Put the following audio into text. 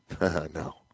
No